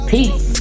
Peace